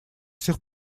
сих